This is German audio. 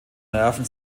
nerven